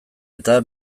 eta